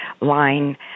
line